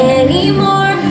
anymore